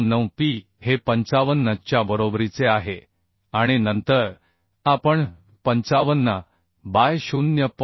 599P हे 55 च्या बरोबरीचे आहे आणि नंतर आपण55 बाय 0